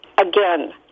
again